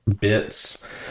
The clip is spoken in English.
bits